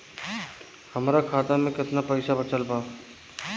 हमरा खाता मे केतना पईसा बचल बा?